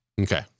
Okay